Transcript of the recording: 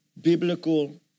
biblical